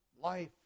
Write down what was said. life